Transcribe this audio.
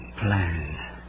Plan